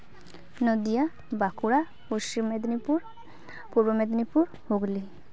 Nadia Bankura Paschim Medinipur Purba Medinipur Hooghly